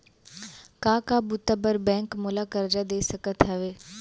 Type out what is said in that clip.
का का बुता बर बैंक मोला करजा दे सकत हवे?